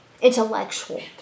intellectual